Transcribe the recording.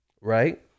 right